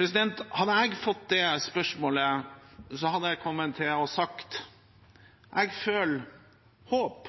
Hadde jeg fått det spørsmålet, hadde jeg sagt: Jeg føler håp,